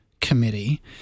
committee